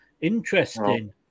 Interesting